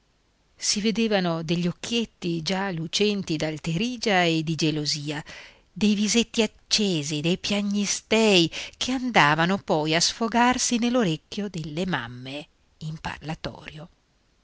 si vedevano degli occhietti già lucenti d'alterigia e di gelosia dei visetti accesi dei piagnistei che andavano poi a sfogarsi nell'orecchio delle mamme in parlatorio